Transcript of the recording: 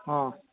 অঁ